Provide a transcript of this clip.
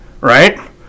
right